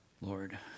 Lord